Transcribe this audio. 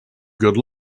good